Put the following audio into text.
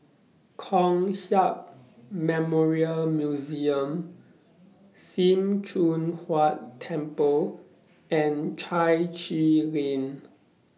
Kong Hiap Memorial Museum SIM Choon Huat Temple and Chai Chee Lane